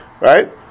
right